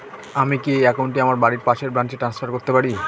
আমি কি এই একাউন্ট টি আমার বাড়ির পাশের ব্রাঞ্চে ট্রান্সফার করতে পারি?